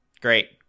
Great